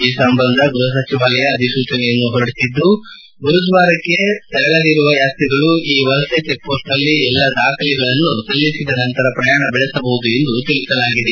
ಈ ಸಂಬಂಧ ಗೃಪ ಸಚಿವಾಲಯ ಅಧಿಸೂಚನೆಯನ್ನು ಹೊರಡಿಸಿದ್ದು ಗುರುದ್ವಾರಕ್ಕೆ ತೆರಳಲಿರುವ ಯಾತ್ರಿಗಳು ಈ ವಲಸೆ ಚೆಕ್ಮೋಸ್ಟ್ನಲ್ಲಿ ಎಲ್ಲ ದಾಖಲೆಗಳನ್ನು ಸಲ್ಲಿಸಿದ ನಂತರ ಪ್ರಯಾಣ ಬೆಳೆಸಬಹುದು ಎಂದು ತಿಳಿಸಲಾಗಿದೆ